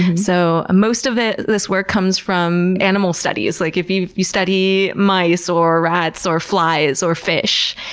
and so most of ah this work comes from animal studies. like if you you study mice, or rats or flies, or fish,